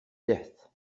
death